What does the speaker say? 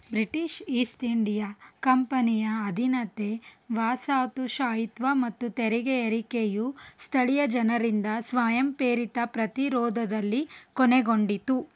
British East India ಕಂಪನಿಯ ಅಧೀನತೆ ವಾಸಾತುಶಾಹಿತ್ವ ಮತ್ತು ತೆರಿಗೆ ಏರಿಕೆಯು ಸ್ಥಳೀಯ ಜನರಿಂದ ಸ್ವಯಂಪ್ರೇರಿತ ಪ್ರತಿರೋಧದಲ್ಲಿ ಕೊನೆಗೊಂಡಿತು